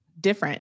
different